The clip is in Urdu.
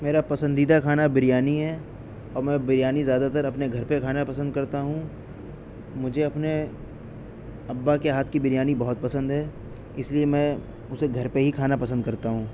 میرا پسندیدہ کھانا بریانی ہے اور میں بریانی زیادہ تر اپنے گھر پہ کھانا پسند کرتا ہوں مجھے اپنے ابا کے ہاتھ کی بریانی بہت پسند ہے اس لیے میں اسے گھر پہ ہی کھانا پسند کرتا ہوں